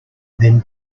then